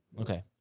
Okay